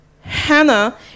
Hannah